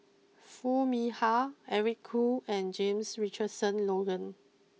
Foo Mee Har Eric Khoo and James Richardson Logan